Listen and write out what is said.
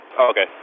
Okay